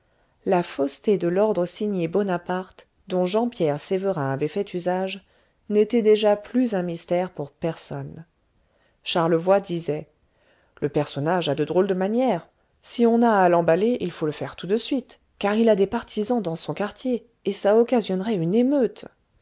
la fausseté de l'ordre signé bonaparte dont jean pierre sévérin avait fait usage n'était déjà plus un mystère pour personne charlevoy disait le personnage a de drôles de manières si on a à l'emballer il faut le faire tout de suite car il a des partisans dans son quartier et ça occasionnerait une émeute